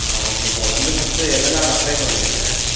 ஆ okay sir வந்து first LLR apply பண்ணிவிடுங்க